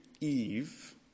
Eve